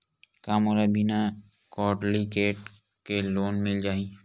का मोला बिना कौंटलीकेट के लोन मिल जाही?